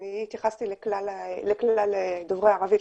אני התייחסתי לכלל דוברי הערבית,